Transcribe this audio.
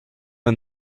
and